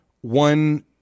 one